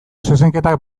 zezenketak